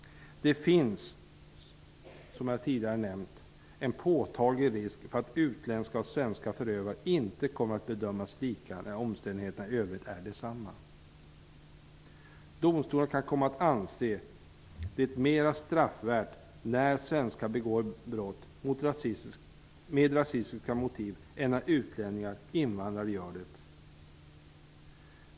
Det finns, som jag tidigare nämnt, en påtaglig risk för att utländska och svenska förövare inte kommer att bedömas lika när omständigheterna i övrigt är desamma. Domstolarna kan komma att anse det mera straffvärt när svenskar begår brott med rasistiska motiv än när utlänningar/invandrare gör det.